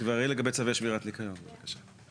ותבררי גם לגבי צווי ניקיון, בבקשה.